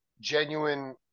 genuine